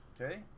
Okay